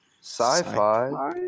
Sci-fi